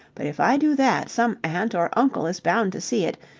but, if i do that some aunt or uncle is bound to see it,